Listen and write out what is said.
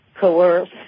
coerce